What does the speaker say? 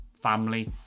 family